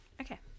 Okay